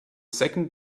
second